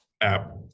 app